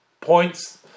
points